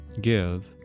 give